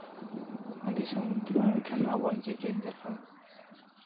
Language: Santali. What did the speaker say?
ᱟᱨ ᱫᱤᱥᱚᱢ ᱩᱛᱱᱟᱹᱣ ᱞᱮᱱᱠᱷᱟᱱ ᱟᱵᱚᱣᱟᱜ ᱡᱮᱜᱮᱫ ᱡᱟᱠᱟᱫ